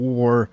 War